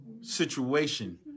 situation